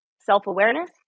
self-awareness